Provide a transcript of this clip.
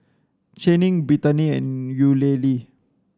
Channing Brittani and Eulalie